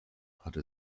hatte